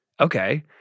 Okay